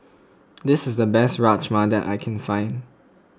this is the best Rajma that I can find